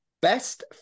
best